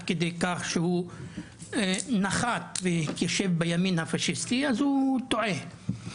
כדי כך שהוא נחת ויישב בימין הפשיסטי אז הוא טועה,